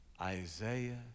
Isaiah